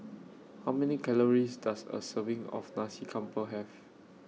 How Many Calories Does A Serving of Nasi Campur Have